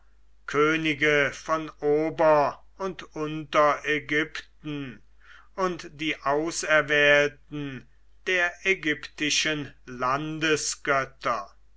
könige von ober und unterägypten und die auserwählten der ägyptischen